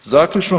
Zaključno.